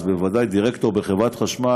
אז בוודאי דירקטור בחברת חשמל,